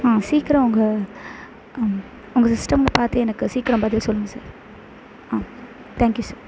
ஆ சீக்கிரம் உங்கள் உங்கள் சிஸ்டமில் பார்த்து எனக்கு சீக்கிரம் பதில் சொல்லுங்கள் சார் ஆ தேங்க்யூ சார்